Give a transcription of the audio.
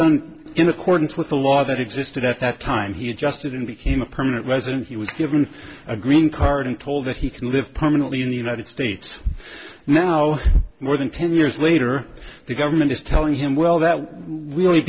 done in accordance with the law that existed at that time he adjusted and became a permanent resident he was given a green card and told that he can live permanently in the united states now more than ten years later the government is telling him well that really